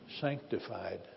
sanctified